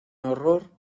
horror